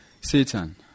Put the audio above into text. Satan